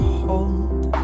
hold